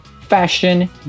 fashion